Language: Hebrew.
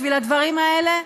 בשביל הדברים האלה?